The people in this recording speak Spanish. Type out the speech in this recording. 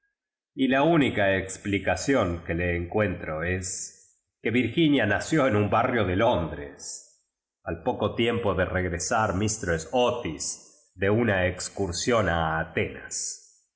y la única expli coció ti que le encuentro es que virginia na ció en nu barrio de londres al poco tiempo de regresar mistreas otis de una excursión a atenas